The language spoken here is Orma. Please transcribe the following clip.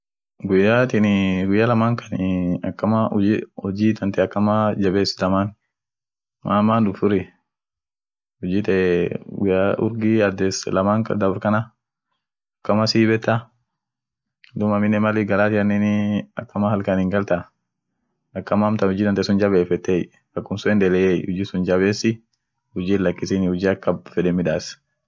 Polandinii ada ishia ada birii ishineni inama dunga kana woni ishia culture ishian tok famili familini lila muhimua dinineni dini dini ishia kabdi dini kaa duranit kachachate taa inama isani kaa durani dumii hujineni huji biri midasiti iyo warine hindoti muzikine hindti muziki akii inama ak Fredrick opini kiloski faa dum gudio dibin video games akan daatie won sun irit bekanie video games sun the Witcher frospanki dying light yedeni video sun daati